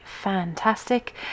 fantastic